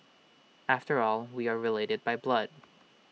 after all we are related by blood